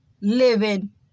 living